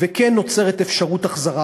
וכן נוצרת אפשרות החזרה,